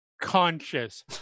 Conscious